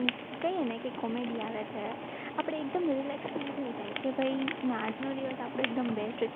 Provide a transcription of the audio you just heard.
કહીએ ને કે કોમેડી આવે છે આપણે એકદમ રિલેક્સ ફિલ થઈ જાય કે ભાઈ ના આજનો દિવસ આપણો એકદમ બેસ્ટ છે